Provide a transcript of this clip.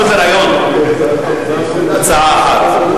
הצעה אחת.